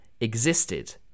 existed